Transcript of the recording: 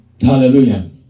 Hallelujah